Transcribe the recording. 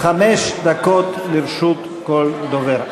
חמש דקות לרשות כל דובר.